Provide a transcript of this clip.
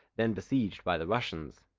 then besieged by the russians.